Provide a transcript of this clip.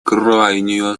крайнюю